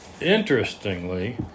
Interestingly